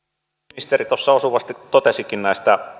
ministeri tuossa osuvasti totesikin näistä